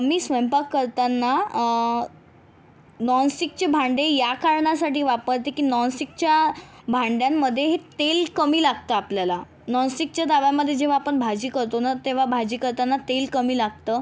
मी स्वयंपाक करताना नॉनस्टिकची भांडे या कारणासाठी वापरते की नॉनस्टिकच्या भांड्यांमध्ये हे तेल कमी लागतं आपल्याला नॉनस्टिकच्या तव्यामध्ये जेव्हा आपण भाजी करतो ना तेव्हा भाजी करताना तेल कमी लागतं